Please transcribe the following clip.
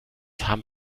haben